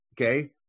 Okay